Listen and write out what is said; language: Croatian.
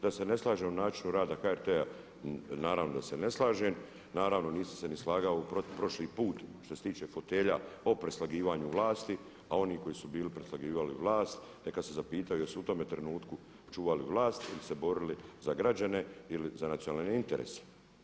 Da se ne slažem o radu HRT-a, naravno da se ne slažem, naravno nisam se ni slagao prošli put što se tiče fotelja o preslagivanju vlasti, a oni koji su bili preslagivali vlast neka se zapitaju jesu u tome trenutku čuvali vlast ili su se borili za građane ili za nacionalne interese.